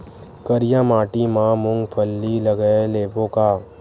करिया माटी मा मूंग फल्ली लगय लेबों का?